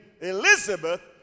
Elizabeth